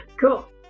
Cool